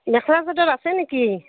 মেখেলা চাদৰ আছে নেকি